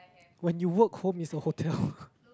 when you work home is a hotel